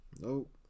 Nope